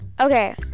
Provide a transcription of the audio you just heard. Okay